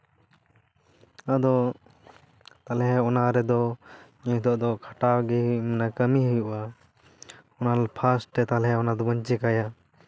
ᱟᱫᱚ ᱛᱟᱦᱚᱞᱮ ᱚᱱᱟ ᱨᱮᱫᱚ ᱱᱤᱛᱳᱜ ᱫᱚ ᱠᱷᱟᱴᱟᱣ ᱜᱮ ᱠᱟᱹᱢᱤ ᱦᱩᱭᱩᱜᱼᱟ ᱚᱱᱟ ᱯᱷᱟᱥᱴᱮ ᱛᱟᱞᱚᱦᱮ ᱚᱱᱟ ᱫᱚᱵᱚᱱ ᱪᱮᱠᱟᱭᱟ